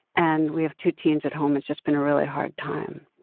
and we have two teens at home. it's just been a really hard time.